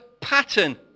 pattern